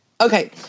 Okay